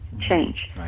change